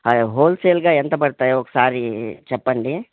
అవిహోల్సేల్గా ఎంత పడతాయి ఒకసారి చెప్పండి